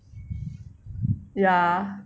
ya